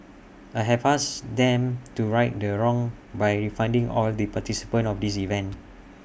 I have asked them to right the wrong by refunding all the participants of this event